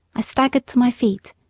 i staggered to my feet,